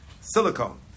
silicone